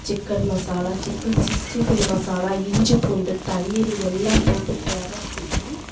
chicken masala chicken sixty five masala இஞ்சி பூண்டு தயிர் எல்லாம் போட்டு பிரட்டி